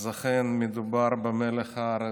אכן, מדובר במלח הארץ.